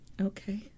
Okay